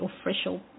official